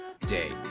Day